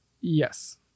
yes